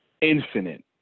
infinite